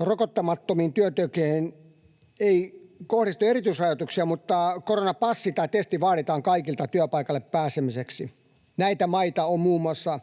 rokottamattomiin työntekijöihin ei kohdistu erityisrajoituksia mutta koronapassi tai testi vaaditaan kaikilta työpaikalle pääsemiseksi. Näitä maita ovat muun muassa